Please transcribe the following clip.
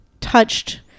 touched